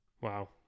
Wow